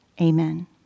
amen